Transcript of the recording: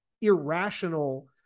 irrational